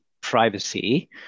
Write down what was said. privacy